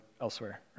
elsewhere